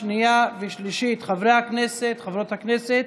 28 חברי כנסת